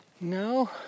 No